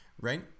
right